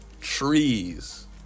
trees